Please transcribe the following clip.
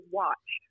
watch